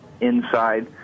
inside